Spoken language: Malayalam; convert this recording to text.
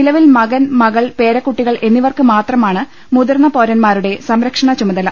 നിലവിൽ മകൻ മകൾ പേരക്കുട്ടികൾ എന്നിവർക്ക് മാത്രമാണ് മുതിർന്ന പൌര ന്മാരുടെ സംരക്ഷണ ചുമതല